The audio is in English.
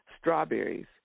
strawberries